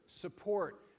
support